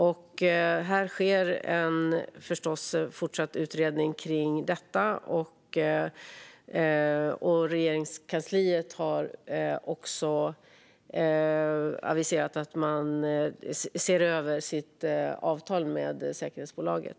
Det sker förstås en fortsatt utredning av detta. Regeringskansliet har också aviserat att man ser över sitt avtal med säkerhetsbolaget.